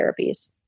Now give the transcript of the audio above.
therapies